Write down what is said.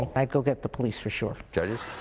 i'd go get the police for sure judges?